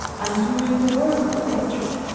undoing the work of nature.